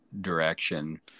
direction